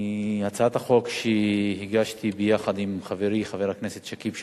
הצעת החוק שהגשתי ביחד עם חברי חבר הכנסת שכיב שנאן,